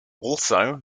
also